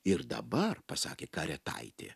ir dabar pasakė karietaitė